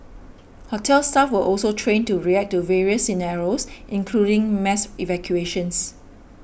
hotel staff were also trained to react to various scenarios including mass evacuations